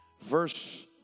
verse